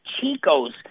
Chico's